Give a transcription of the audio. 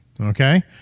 Okay